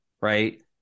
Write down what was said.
right